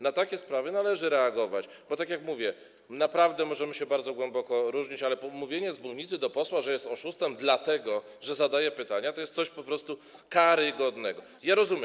Na takie sprawy należy reagować, bo tak jak mówię, naprawdę możemy się bardzo głęboko różnić, ale mówienie z mównicy do posła, że jest oszustem, dlatego że zadaje pytania, jest po prostu czymś karygodnym.